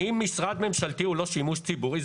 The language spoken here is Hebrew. האם משרד ממשלתי הוא לא שימוש ציבורי?